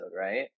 right